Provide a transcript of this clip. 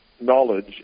knowledge